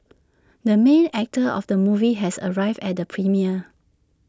the main actor of the movie has arrived at the premiere